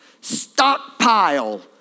Stockpile